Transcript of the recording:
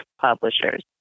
publishers